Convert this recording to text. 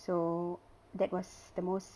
so that was the most